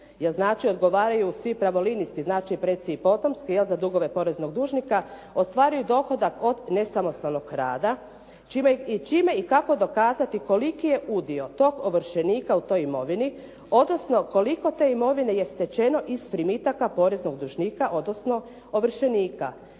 odgovaraju svi pravolinijski, znači predci i potomci za dugove poreznog dužnika, ostvaruje dohodak od nesamostalnog rada. Čime i kako dokazati koliki je udio tog ovršenika u toj imovini, odnosno koliko te imovine je stečeno iz primitaka poreznog dužnika odnosno ovršenika.